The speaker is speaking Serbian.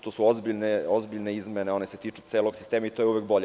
To su ozbiljne izmene, one se tiču celog sistema i to je uvek bolje.